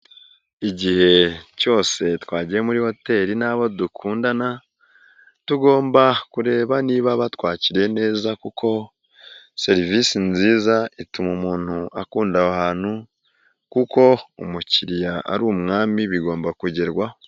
Igihe cyose twagiye muri hoteri n'abo dukundana, tugomba kureba niba batwakiriye neza kuko serivisi nziza ituma umuntu akunda aho hantu, kuko umukiriya ari umwami bigomba kugerwaho.